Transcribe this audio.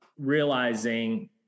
realizing